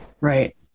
Right